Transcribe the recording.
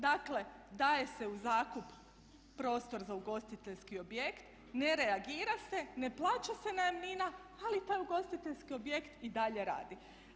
Dakle, daje se u zakup prostor za ugostiteljski objekt, ne reagira se, ne plaća se najamnina ali taj ugostiteljski objekt i dalje radi.